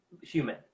human